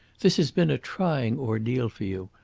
this has been a trying ordeal for you.